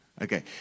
okay